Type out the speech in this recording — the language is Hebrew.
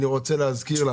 אני רוצה להזכיר לה